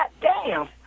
Goddamn